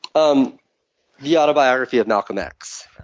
um the autobiography of malcolm x.